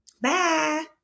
Bye